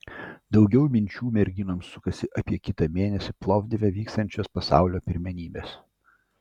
daugiau minčių merginoms sukasi apie kitą mėnesį plovdive vyksiančias pasaulio pirmenybes